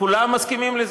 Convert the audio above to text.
כולם מסכימים לזה,